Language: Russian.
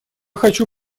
хочу